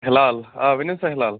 ہِلال آ ؤنِو سا ہِلال